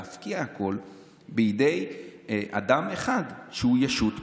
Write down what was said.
להפקיד הכול בידי אדם אחד שהוא ישות פוליטית.